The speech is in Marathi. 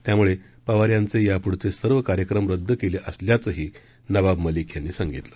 त्यामुळे शरद पवार यांचे यापुढचे सर्व कार्यक्रम रद्द केलेअसल्याचंही नवाब मलिक यांनी सांगितलं